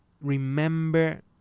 Remember